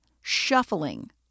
shuffling